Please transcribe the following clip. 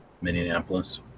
Minneapolis